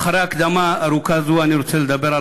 אחרי ההקדמה הארוכה הזאת אני רוצה לדבר על